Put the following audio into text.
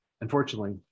Unfortunately